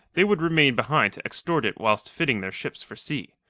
they would remain behind to extort it whilst fitting their ships for sea.